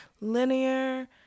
linear